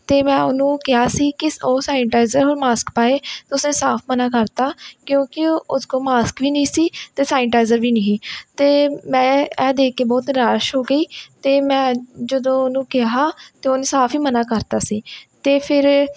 ਅਤੇ ਮੈਂ ਉਹਨੂੰ ਕਿਹਾ ਸੀ ਕਿ ਉਹ ਸੈਨੀਟਾਇਜਰ ਅਤੇ ਮਾਸਕ ਪਾਵੇ ਤਾਂ ਉਸ ਨੇ ਸਾਫ਼ ਮਨਾ ਕਰਤਾ ਕਿਉਂਕਿ ਉਸ ਕੋਲ ਮਾਸਕ ਵੀ ਨਹੀਂ ਸੀ ਅਤੇ ਸੈਨੀਟਾਇਜ਼ਰ ਵੀ ਨਹੀਂ ਅਤੇ ਮੈਂ ਇਹ ਦੇਖ ਕੇ ਬਹੁਤ ਨਿਰਾਸ਼ ਹੋ ਗਈ ਅਤੇ ਮੈਂ ਜਦੋਂ ਉਹਨੂੰ ਕਿਹਾ ਤਾਂ ਉਹਨੇ ਸਾਫ਼ ਹੀ ਮਨਾ ਕਰਤਾ ਸੀ ਅਤੇ ਫਿਰ